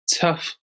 tough